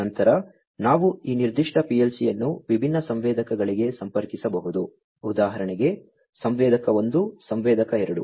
ನಂತರ ನಾವು ಈ ನಿರ್ದಿಷ್ಟ PLC ಅನ್ನು ವಿಭಿನ್ನ ಸಂವೇದಕಗಳಿಗೆ ಸಂಪರ್ಕಿಸಬಹುದು ಉದಾಹರಣೆಗೆ ಸಂವೇದಕ 1 ಸಂವೇದಕ 2